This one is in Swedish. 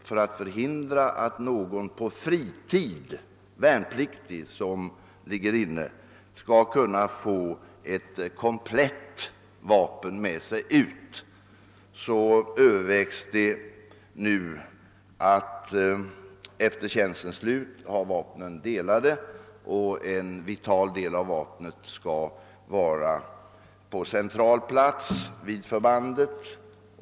För att förhindra att någon värnpliktig på fritiden skall kunna föra ett komplett vapen med sig ut överväger man nu att efter tjänstens slut ha vapnen delade och att en vital del av vapnet skall förvaras på central plats vid förbandet.